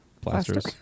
plasters